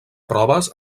proves